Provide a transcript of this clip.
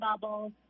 bubbles